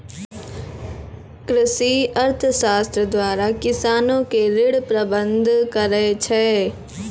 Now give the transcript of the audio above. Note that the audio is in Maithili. कृषि अर्थशास्त्र द्वारा किसानो के ऋण प्रबंध करै छै